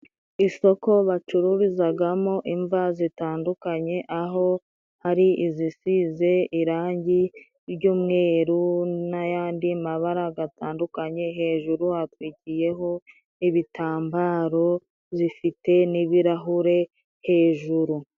Isoko bacururizagamo imva zitandukanye， aho hari izisize irangi ry'umweru n'ayandi mabara gatandukanye，hejuru hatwikiyeho ibitambaro， zifite n'ibirahure hejuru.